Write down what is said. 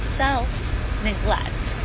self-neglect